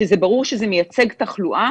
כשזה ברור שזה מייצג תחלואה